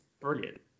brilliant